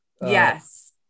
Yes